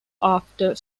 after